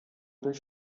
durch